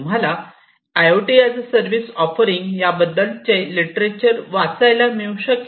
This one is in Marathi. तुम्हाला I O T as a service offering याबद्दलचे लिटरेचर वाचायला मिळू शकेल